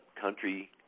country